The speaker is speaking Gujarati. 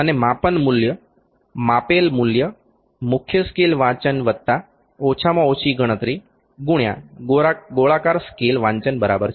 અને માપન મૂલ્ય માપેલ મૂલ્ય મુખ્ય સ્કેલ વાંચન વત્તા ઓછામાં ઓછી ગણતરી ગુણ્યા ગોળાકાર સ્કેલ વાંચન બરાબર છે